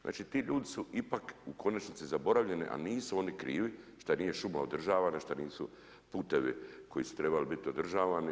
Znači ti ljudi su ipak u konačnici zaboravljene, a nisu oni krivi, što nije šuma održavana, što nisu putevi koji su trebali biti održavani.